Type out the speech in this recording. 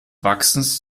wachsens